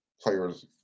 players